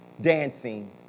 dancing